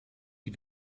die